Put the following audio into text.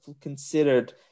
considered